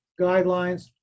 guidelines